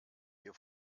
ihr